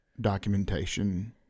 documentation